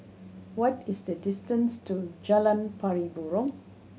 what is the distance to Jalan Pari Burong